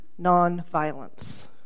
nonviolence